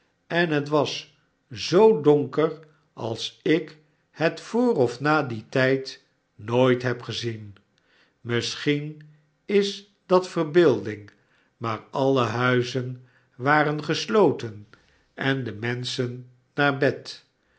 en het was zoo donker als ik het voor of na dien tijd nooit heb gezien misschien is dat verbeelding maar alle huizen waren gesloten en de menschen naar bed